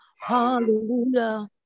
Hallelujah